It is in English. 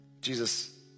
Jesus